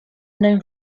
known